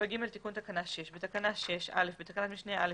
7ג.תיקון תקנה 6 בתקנה 6 בתקנת משנה (א),